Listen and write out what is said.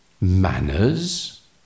Manners